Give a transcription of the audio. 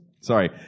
Sorry